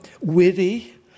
witty